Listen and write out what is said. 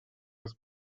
his